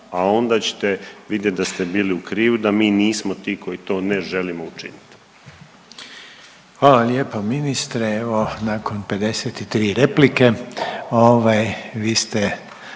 a onda ćete vidjeti da ste bili u krivu, da mi nismo ti koji to ne želimo učiniti. **Reiner, Željko (HDZ)** Hvala lijepa ministre. Evo nakon 53 replike vi ste